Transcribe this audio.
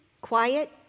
quiet